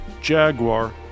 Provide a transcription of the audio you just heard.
Jaguar